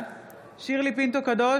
שירלי פינטו קדוש,